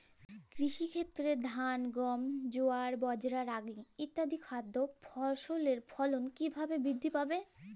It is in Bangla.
কৃষির ক্ষেত্রে ধান গম জোয়ার বাজরা রাগি ইত্যাদি খাদ্য ফসলের ফলন কীভাবে বৃদ্ধি পাবে?